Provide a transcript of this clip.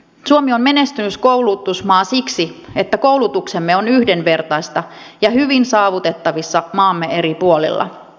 suomi on menestynyt koulutusmaa siksi että koulutuksemme on yhdenvertaista ja hyvin saavutettavissa maamme eri puolilla